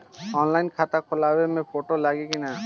Online खाता खोलबाबे मे फोटो लागि कि ना?